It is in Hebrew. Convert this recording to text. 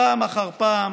פעם אחר פעם